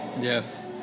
Yes